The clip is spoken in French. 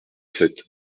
sept